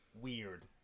weird